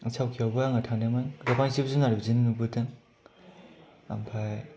सावखेयावबो आं थांदोंमोन गोबां जिब जुनाद नुबोदों आमफाय